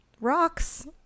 Rocks